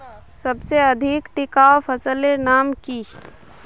सबसे अधिक टिकाऊ फसलेर नाम की?